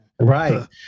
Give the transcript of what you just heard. Right